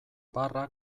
barra